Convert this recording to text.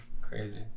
Crazy